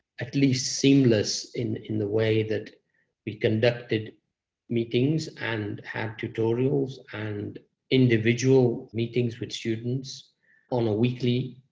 at least, seamless in in the way that we conducted meetings, and had tutorials, and individual meetings with students on a weekly,